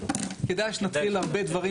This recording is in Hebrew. זה נושא אחד שצריך לטפל בו.